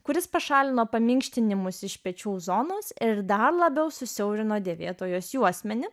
kuris pašalino paminkštinimus iš pečių zonos ir dar labiau susiaurino dėvėtojos juosmenį